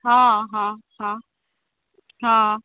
हँ हँ हँ हँ